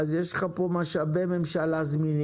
אז יש לך פה משאבי ממשלה זמינים,